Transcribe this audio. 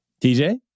TJ